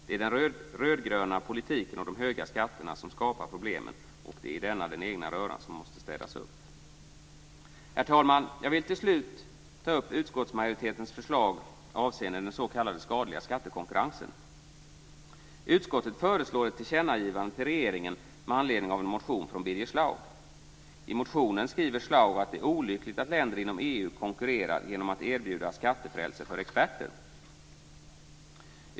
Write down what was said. Det är den rödgröna politiken och de höga skatterna som skapar problemen och det är denna den egna röran som måste städas upp. Herr talman! Jag vill till slut ta upp utskottsmajoritetens förslag avseende den s.k. skadliga skattekonkurrensen. Utskottet föreslår ett tillkännagivande till regeringen med anledning av en motion från Birger Schlaug. I motionen skriver Birger Schlaug att det är olyckligt att länder inom EU konkurrerar genom att erbjuda skattefrälse för experter.